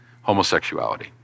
homosexuality